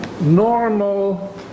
normal